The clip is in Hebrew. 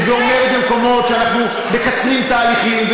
ואומרת במקומות שאנחנו מקצרים תהליכים,